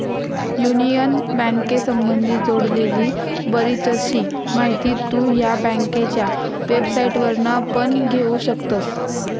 union बँकेसंबधी जोडलेली बरीचशी माहिती तु ह्या बँकेच्या वेबसाईटवरना पण घेउ शकतस